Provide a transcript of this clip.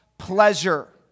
pleasure